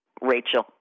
Rachel